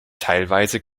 teilweise